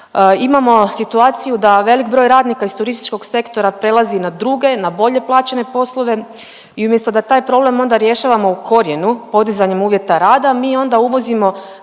imamo situaciju da velik broj radnika iz turističkog sektora prelazi na druge, na bolje plaćene poslove i umjesto da taj problem onda rješavamo u korijenu podizanjem uvjeta rada, mi onda uvozimo